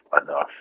enough